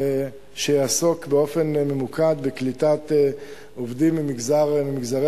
שיעסוק באופן ממוקד בקליטת עובדים ממגזרי